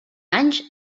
anys